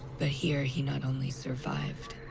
but here, he not only survived,